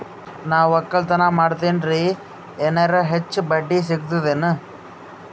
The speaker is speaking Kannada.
ನಾ ಒಕ್ಕಲತನ ಮಾಡತೆನ್ರಿ ಎನೆರ ಹೆಚ್ಚ ಬಡ್ಡಿ ಸಿಗತದೇನು?